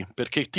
perché